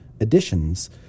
additions